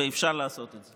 ואפשר לעשות את זה.